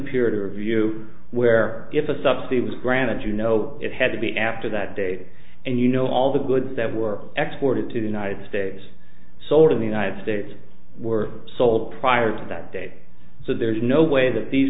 review where if a subsidy was granted you know it had to be after that date and you know all the goods that were exploited to the united states sold in the united states were sold prior to that date so there's no way that these